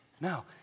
No